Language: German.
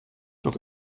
doch